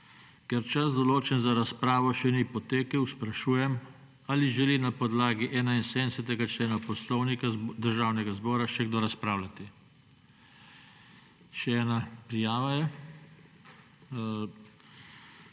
Ker čas, določen za razpravo, še ni potekel, sprašujem, ali želi na podlagi 71. člena Poslovnika Državnega zbora še kdo razpravljati. Še ena prijava je.